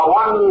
one